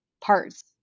parts